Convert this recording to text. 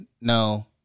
No